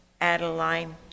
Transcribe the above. Adeline